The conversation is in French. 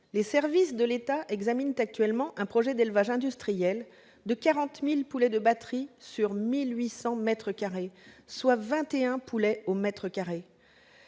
les services de l'État examinent actuellement un projet d'élevage industriel de 40 000 poulets en batterie sur 1 800 m, soit 21 poulets au mètre carré.